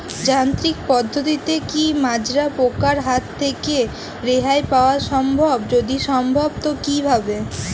যান্ত্রিক পদ্ধতিতে কী মাজরা পোকার হাত থেকে রেহাই পাওয়া সম্ভব যদি সম্ভব তো কী ভাবে?